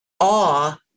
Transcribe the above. awe